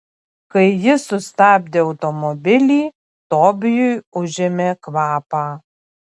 kai ji sustabdė automobilį tobijui užėmė kvapą